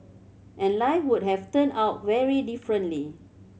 and life would have turned out very differently